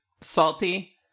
salty